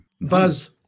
Buzz